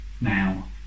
now